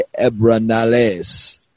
Ebranales